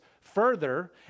further